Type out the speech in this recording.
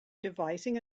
devising